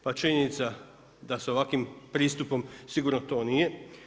Pa činjenica da sa ovakvim pristupom sigurno to nije.